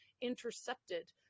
intercepted